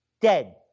dead